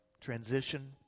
transition